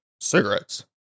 cigarettes